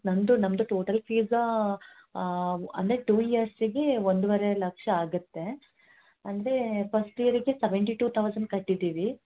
ನಮ್ಮದು ನಮ್ಮದು total fees ಅಂದರೆ ಟು ಇಯರ್ಸಿಗೆ ಒಂದುವರೆ ಲಕ್ಷ ಆಗುತ್ತೆ ಅಂದರೆ ಫಸ್ಟ್ ಇಯರಿಗೆ ಸೆವೆಂಟಿ ಟು ತೌಸಂಡ್ ಕಟ್ಟಿದ್ದೀವಿ